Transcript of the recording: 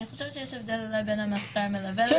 יש הבדל בין המחקר המלווה- -- כן,